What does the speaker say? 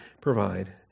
provide